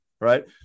Right